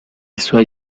suoi